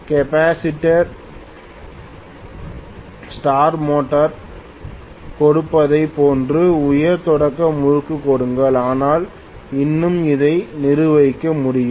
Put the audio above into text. capacitor start motor கொடுப்பதைப் போன்ற உயர் தொடக்க முறுக்கு கொடுங்கள் ஆனால் இன்னும் அதை நிர்வகிக்க முடியும்